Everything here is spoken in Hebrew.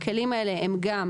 הכלים האלה הם גם,